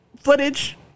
footage